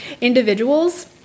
individuals